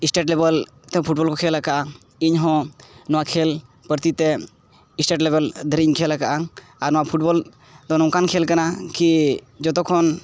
ᱛᱮ ᱠᱚ ᱠᱷᱮᱹᱞ ᱟᱠᱟᱫᱼᱟ ᱤᱧᱦᱚᱸ ᱱᱚᱣᱟ ᱠᱷᱮᱹᱞ ᱯᱨᱚᱛᱤᱛᱮ ᱫᱷᱟᱹᱨᱤᱡ ᱤᱧ ᱠᱷᱮᱹᱞ ᱟᱠᱟᱫᱼᱟ ᱟᱨ ᱱᱚᱣᱟ ᱫᱚ ᱱᱚᱝᱠᱟᱱ ᱠᱷᱮᱹᱞ ᱠᱟᱱᱟ ᱠᱤ ᱡᱚᱛᱚ ᱠᱷᱚᱱ